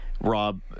rob